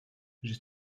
j’ai